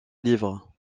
livres